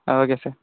ah okay sir